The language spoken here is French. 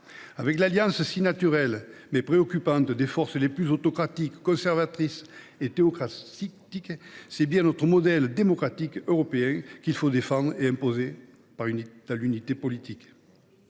à l’alliance, si naturelle, mais préoccupante, des forces les plus autocratiques, conservatrices et théocratiques, c’est bien notre modèle démocratique européen qu’il faut défendre et imposer par l’unité politique.